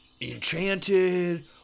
enchanted